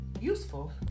useful